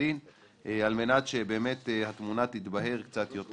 הדין על מנת שבאמת התמונה תתבהר קצת יותר.